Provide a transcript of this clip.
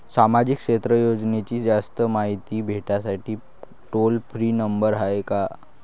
सामाजिक क्षेत्र योजनेची जास्त मायती भेटासाठी टोल फ्री नंबर हाय का?